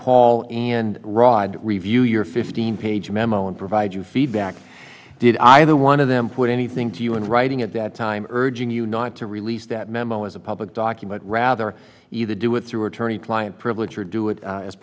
paul and rod review your fifteen page memo and provide you feedback did either one of them put anything to you in writing at that time urging you not to release that memo as a public document rather either do it through attorney client privilege or do it as